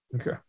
Okay